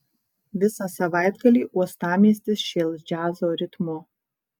visą savaitgalį uostamiestis šėls džiazo ritmu